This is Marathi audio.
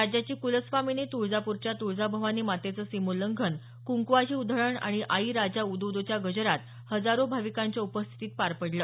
राज्याची कुलस्वामिनी तुळजापुरच्या तुळजाभवानी मातेचं सीमोल्लंघन कुंकवाची उधळण आणि आई राजा उदो उदोच्या गजरात हजारो भाविकांच्या उपस्थितीत पार पडलं